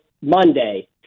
Monday